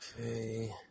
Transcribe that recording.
Okay